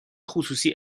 خصوصی